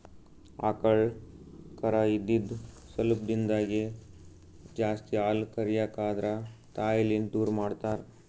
ಆಕಳ್ ಕರಾ ಇದ್ದಿದ್ ಸ್ವಲ್ಪ್ ದಿಂದಾಗೇ ಜಾಸ್ತಿ ಹಾಲ್ ಕರ್ಯಕ್ ಆದ್ರ ತಾಯಿಲಿಂತ್ ದೂರ್ ಮಾಡ್ತಾರ್